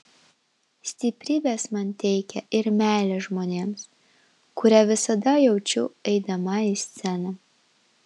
stiprybės man teikia ir meilė žmonėms kurią visada jaučiu eidama į sceną